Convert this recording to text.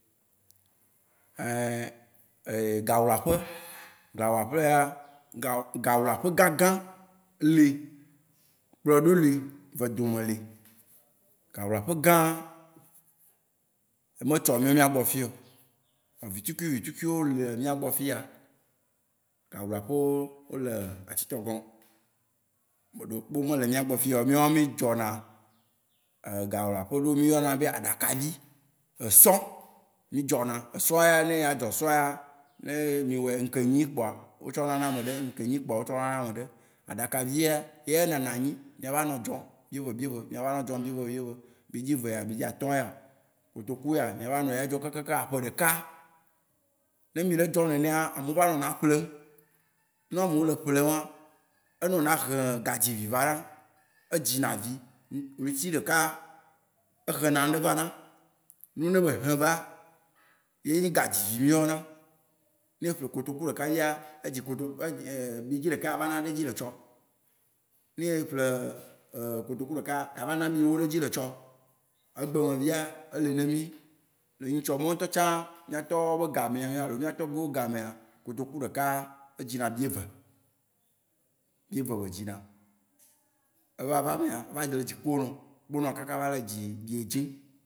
gawlaƒe, gawlaƒea, gawlaƒegã gã li, kplɔe ɖo li, ve dome li. Gawlaƒe gã me tsɔ míawo mía gbɔ le fiya oo. Vitukui vitukui wó le mía gbɔ fiya. Gawlaƒe wó, wóle Atitɔgɔn. Ɖekpe me le mía gbɔ fiya oo. mí dzɔ na, gawlaƒe ɖe mí yɔna be aɖakavi, esɔ mí dzɔ na. Esɔ ya ne yeadzɔ sɔa yea, ne mì wɔɛ ŋkeke enyi kpoa, wó tsɔ na na ame ɖe, ŋkeke enyi pkoa wó tsɔ na na ame ɖe. Aɖakavia ya, eya na na anyi. Mía ava nɔ edzɔm bieve bieve, mía ava nɔ edzɔm bieve bieve, biedze ve yea? Biedze atɔ yea? Kotoku yea? Mía ava nɔ eya dzɔm kaka eƒe ɖeka. Ne mí le edzɔm nenea, amewo va nɔna eƒle. Ne amewo le eƒlem aa, enɔ na hẽ ega dzivi va na. Edzi na vi. Ɣleti ɖeka, ehlẽ na nuɖe va na. Nuyi ne be hẽva, ye nyi gadzivi mí yɔna. Ne eƒle kotoku ɖeka fia, biedzẽ ɖeka yeava na ɖe edzi le etsɔ. Ne eƒle kotoku ɖeka, ava na biewo ɖe edzi le etsɔ. Egbe me fia, ele, le nyitsɔ mawó ŋutɔ tsã, mía tɔwo be gamea, alo mía tɔgbuiwó be gamea, kotoku ɖekaa, edzi na bieve. Bieve be dzina. Eva vaemea, eva le dzi kpɔtɔ, kponɔ kaka va le dzi biedzẽ.